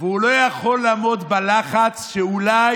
והוא לא יכול לעמוד בלחץ שאולי,